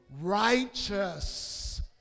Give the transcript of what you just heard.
Righteous